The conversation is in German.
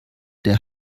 der